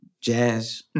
Jazz